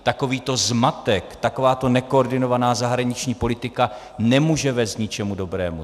Takovýto zmatek, takováto nekoordinovaná zahraniční politika nemůže vést k ničemu dobrému.